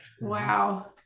Wow